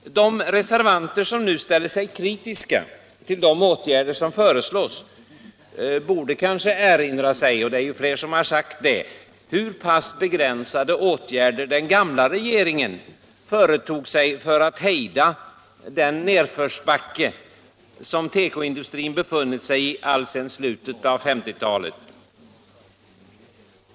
De reservanter som nu ställer sig kritiska till de åtgärder som föreslås borde kanske erinra sig — och det har också påpekats av flera talare — hur pass begränsade åtgärder den gamla regeringen vidtog för att hejda färden i den utförsbacke som tekoindustrin befunnit sig i alltsedan slutet av 1950-talet.